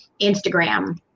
Instagram